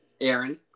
Aaron